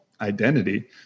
identity